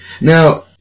Now